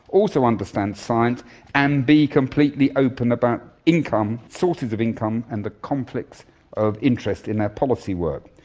also understand science and be completely open about income, sources of income and the conflicts of interest in their policy work,